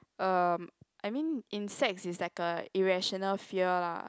um I mean insects is like a irrational fear lah